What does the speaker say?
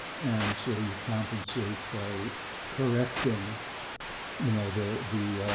and so you compensate by correcting you know, the the,